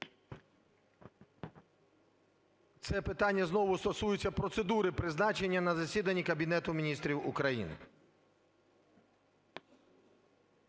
Це питання знову стосується процедури призначення на засіданні Кабінету Міністрів України.